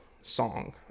song